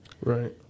Right